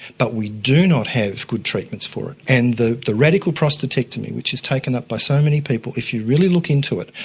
but we do not have good treatments for it. and the the radical prostatectomy, which is taken up by so many people, if you really look into it,